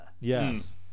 yes